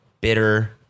Bitter